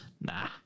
nah